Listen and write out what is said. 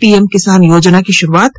PM Kisan योजना की शुरूआत